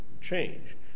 change